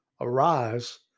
Arise